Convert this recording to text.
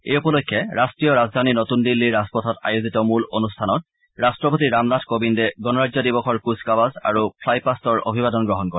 এই উপলক্ষে ৰাষ্ট্ৰীয় ৰাজধানী নতুন দিল্লীৰ ৰাজপথত আয়োজিত মূল অনুষ্ঠানত ৰট্টপতি ৰামনাথ কোৱিন্দে গণৰাজ্য দিৱসৰ কুচ কাৱাজ আৰু ফ্লাইপাষ্টৰ অভিবাদন গ্ৰহণ কৰে